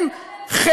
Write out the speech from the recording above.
בצלאל,